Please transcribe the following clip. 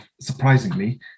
surprisingly